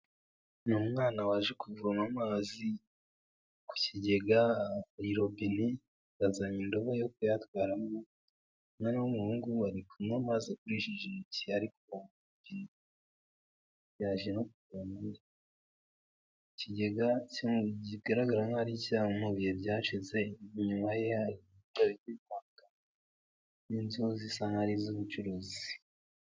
Ni umwana waje kuvoma amazi ku kigega kuri robinine yazanye indobo yo kuyatwara mwana w'umuhungu we ari kunywa amazi agurishijeki ariko yaje no mu kigega kigaragaramo ari icyaha mu bihe byashize inyuma yayo rwanda n'inzu zisa n'iz'ubucuruzi.